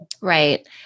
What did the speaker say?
right